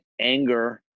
anger